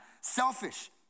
Selfish